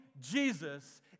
Jesus